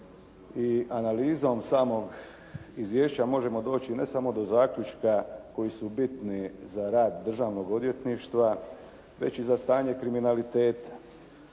i analizom samog izvješća možemo doći ne samo do zaključka koji su bitni za rad Državnog odvjetništva već i za stanje kriminaliteta.